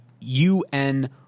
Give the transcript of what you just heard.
UN